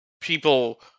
people